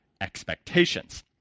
expectations